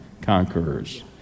conquerors